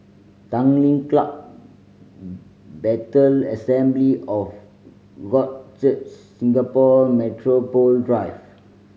Tanglin Club Bethel Assembly of God Church Singapore Metropole Drive